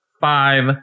five